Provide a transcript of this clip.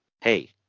Hey